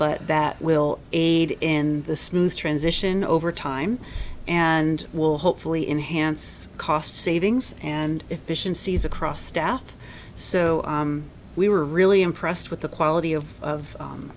but that will aid in the smooth transition over time and will hopefully enhance cost savings and efficiencies across staff so we were really impressed with the quality of of